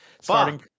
starting